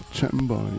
Chamber